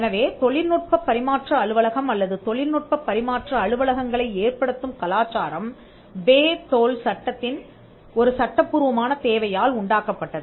எனவே தொழில்நுட்பப் பரிமாற்ற அலுவலகம் அல்லது தொழில்நுட்ப பரிமாற்ற அலுவலகங்களை ஏற்படுத்தும் கலாச்சாரம் பேஹ் டோல்சட்டத்தின் ஒரு சட்டபூர்வமான தேவையால் உண்டாக்கப்பட்டது